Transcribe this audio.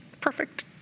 perfect